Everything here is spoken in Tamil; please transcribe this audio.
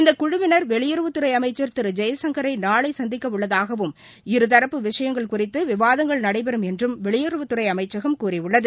இந்த குழுவினர் வெளியுறவுத்துறை அமைச்சர் திரு ஜெயசங்கரை நாளை சந்திக்க உள்ளதாகவும் இருதரப்பு விஷயங்கள் குறித்து விவாதங்கள் நடைபெறும் என்றும் வெளியுறவுத்துறை அமைச்சம் கூறியுள்ளது